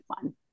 fun